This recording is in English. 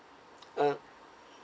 uh